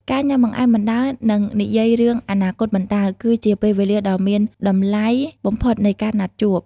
ការញ៉ាំបង្អែមបណ្ដើរ និងនិយាយរឿងអនាគតបណ្ដើរ គឺជាពេលវេលាដ៏មានតម្លៃបំផុតនៃការណាត់ជួប។